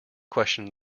questioned